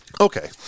Okay